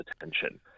attention